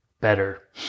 better